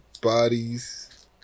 bodies